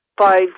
five